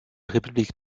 république